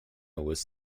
was